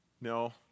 no